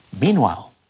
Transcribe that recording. Meanwhile